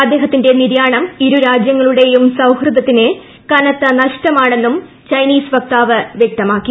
അദ്ദേഹത്തിന്റെ നിര്യാണം ഇരുരാജ്യങ്ങളുടെയും സൌഹൃദത്തിന് കനത്ത നഷ്ടമാ ണെന്നും ചൈനീസ് വക്താവ് വ്യക്തമാക്കി